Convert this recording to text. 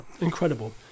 Incredible